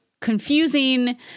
confusing